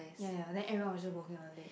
ya ya then everyone was just walking on the lake